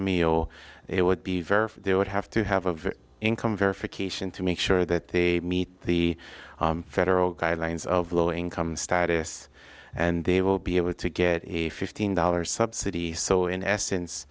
or it would be very they would have to have of income verification to make sure that they meet the federal guidelines of low income status and they will be able to get a fifteen dollars subsidy so in essence